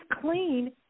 clean